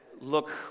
look